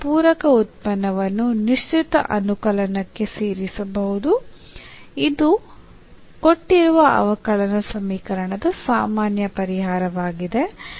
ನಾವು ಪೂರಕ ಉತ್ಪನ್ನವನ್ನು ನಿಶ್ಚಿತ ಅನುಕಲನಕ್ಕೆ ಸೇರಿಸಬಹುದು ಮತ್ತು ಇದು ಕೊಟ್ಟಿರುವ ಅವಕಲನ ಸವಿಕರಣದ ಸಾಮಾನ್ಯ ಪರಿಹಾರವಾಗಿದೆ